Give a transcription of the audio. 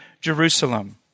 Jerusalem